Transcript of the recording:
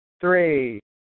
three